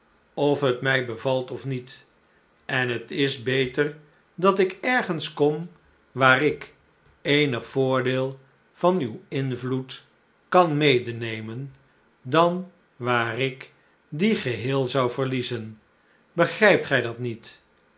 of het mij bevalt of niet en het is beter dat ik ergens kom waar ik eenig voordeel van uw invloed kan medenemen dan waar ik dien geheel zou verliezen begrijpt gij dat niet